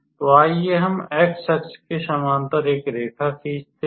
तो आइए हम एक्स अक्ष के समानांतर एक रेखा खींचते हैं